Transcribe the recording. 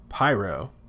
Pyro